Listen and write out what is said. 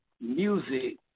music